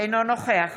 אינו נוכח